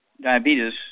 diabetes